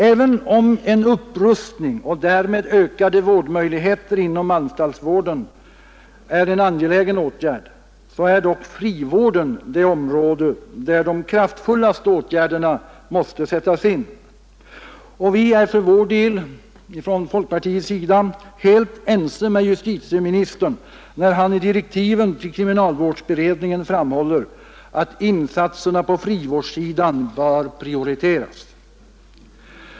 Även om en upprustning och därmed ökade vårdmöjligheter inom anstaltsvården är en angelägen åtgärd så är dock frivården det område där de kraftfullaste åtgärderna måste sättas in. Och vi är från folkpartiets sida helt ense med justitieministern, när han i direktiven till kriminalvårdsberedningen framhåller att insatserna på frivårdssidan bör prioriteras.